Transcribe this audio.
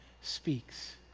speaks